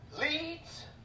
leads